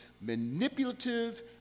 manipulative